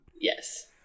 Yes